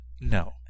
No